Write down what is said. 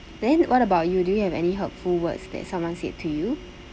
then what about you do you have any hurtful words that someone said to you